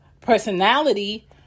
personality